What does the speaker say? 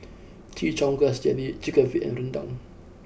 Chin Chow Grass Jelly Chicken Feet and Rendang